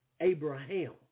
Abraham